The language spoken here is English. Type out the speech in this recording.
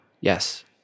yes